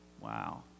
Wow